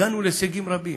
הגענו להישגים רבים,